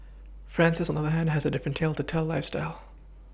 Francis on the other hand has a different tale to tell lifeStyle